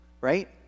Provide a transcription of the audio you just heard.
right